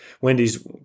Wendy's